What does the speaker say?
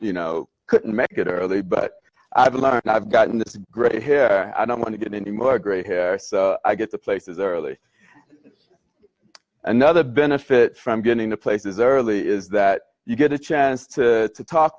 you know couldn't make it early but i've learned i've gotten the gray hair i don't want to get any more gray hair i get to places early another benefit from getting to places early is that you get a chance to t